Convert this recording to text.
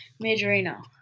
Majorino